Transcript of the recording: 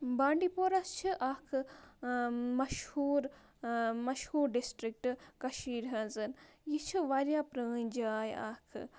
بانٛڈی پورہ چھِ اَکھ مَشہوٗر مشہوٗر ڈِسٹِرٛکٹہٕ کٔشیٖرِ ہٕنٛز یہِ چھِ واریاہ پرٛٲنۍ جاے اَکھ